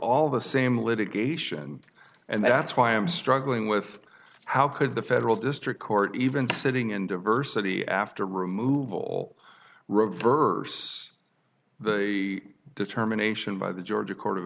all the same litigation and that's why i'm struggling with how could the federal district court even sitting in diversity after removal reverse a determination by the georgia court of